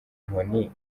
inkoni